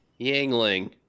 Yangling